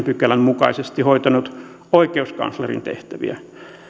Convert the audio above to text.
pykälän mukaisesti hoitanut oikeuskanslerin tehtäviä